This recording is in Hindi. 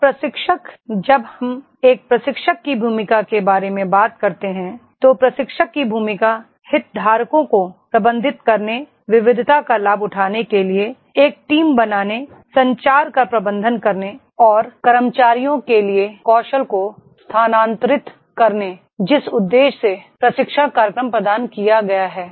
तो प्रशिक्षक जब हम एक प्रशिक्षक की भूमिका के बारे में बात करते हैं तो प्रशिक्षक की भूमिका हितधारकों को प्रबंधित करने विविधता का लाभ उठाने के लिए एक टीम बनाने संचार का प्रबंधन करने और कर्मचारियों के लिए कौशल को स्थानांतरित करने जिस उद्देश्य से प्रशिक्षण कार्यक्रम प्रदान किया गया है